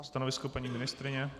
Stanovisko paní ministryně?